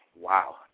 Wow